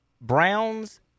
Browns